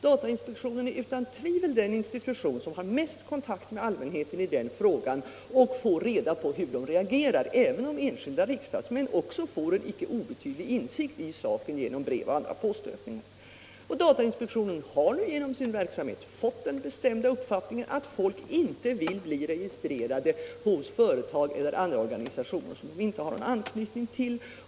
Datainspektionen är utan tvivel den institution som har mest kontakt med allmänheten i den frågan och får reda på hur man reagerar, även om enskilda riksdagsmän också får en icke obetydlig insikt i saken genom brev och andra påstötningar. Datainspektionen har genom sin verksamhet fått den bestämda uppfattningen att folk inte vill bli registrerade hos företag eller andra organisationer som de inte har någon anknytning till.